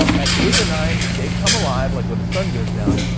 at eight or nine, they come alive like when the sun goes down,